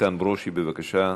איתן ברושי, בבקשה.